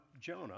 Jonah